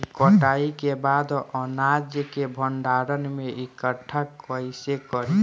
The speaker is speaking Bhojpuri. कटाई के बाद अनाज के भंडारण में इकठ्ठा कइसे करी?